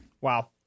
Wow